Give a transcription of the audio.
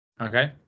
Okay